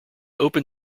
open